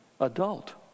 adult